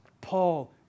Paul